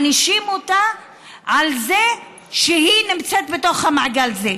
מענישים אותה שהיא נמצאת בתוך המעגל הזה.